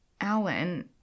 Alan